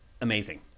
amazing